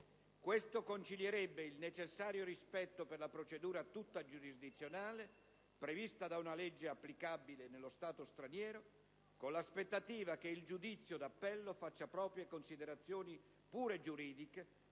Questo concilierebbe il necessario rispetto per la procedura tutta giurisdizionale, prevista da una legge applicabile nello Stato straniero, con l'aspettativa che il giudizio d'appello faccia proprie considerazioni, pure giuridiche,